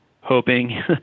hoping